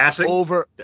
over